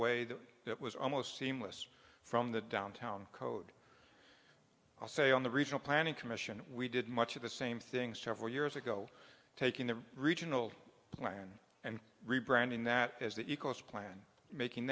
way that it was almost seamless from the downtown code i'll say on the regional planning commission we did much of the same thing several years ago taking the regional plan and rebranding that as that you cost plan making